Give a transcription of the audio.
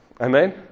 Amen